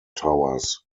towers